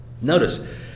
Notice